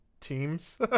teams